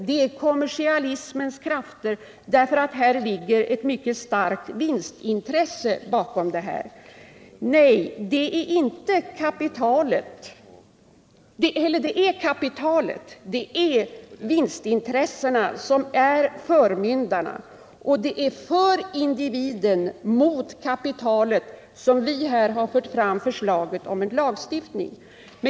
Det är kommersialismens krafter, därför att där ligger ett mycket starkt vinstintresse bakom. Nej, det är kapitalet, det är vinstintressena som är förmyndarna, och det är för individen och mot kapitalet som vi här fört fram förslaget om en lagstiftning.